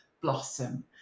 blossom